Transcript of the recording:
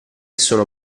sono